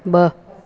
ब॒